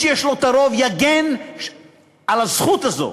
שיש לו את הרוב יגן על הזכות הזאת?